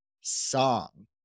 song